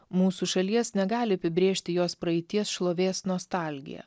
mūsų šalies negali apibrėžti jos praeities šlovės nostalgija